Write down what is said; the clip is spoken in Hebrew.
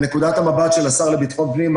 מנקודת המבט של השר לביטחון הפנים,